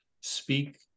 speak